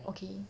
okay